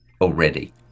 already